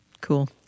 Cool